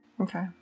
okay